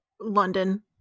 London